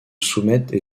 soumettent